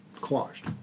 quashed